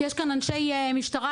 יש כאן אנשי משטרה,